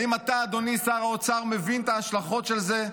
האם אתה, אדוני שר האוצר, מבין את ההשלכות של זה?